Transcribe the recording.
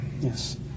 yes